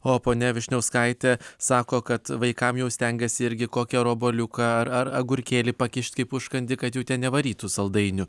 o ponia vyšniauskaitė sako kad vaikam jau stengiasi irgi kokį ar obuoliuką ar ar agurkėlį pakišti užkandį kad jau ten nevarytų saldainių